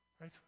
Right